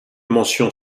mention